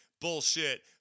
Bullshit